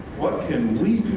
what can we